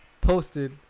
Posted